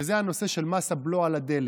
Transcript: וזה הנושא של מס הבלו על הדלק.